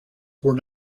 were